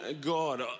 God